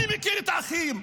אני מכיר את האחים,